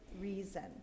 reason